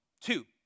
Two